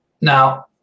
Now